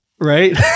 Right